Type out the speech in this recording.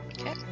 Okay